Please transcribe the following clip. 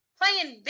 playing